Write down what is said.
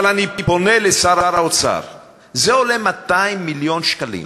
אבל אני פונה לשר האוצר: זה עולה 200 מיליון שקלים,